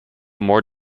more